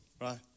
right